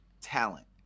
talent